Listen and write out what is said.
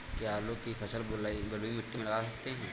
क्या आलू की फसल बलुई मिट्टी में लगा सकते हैं?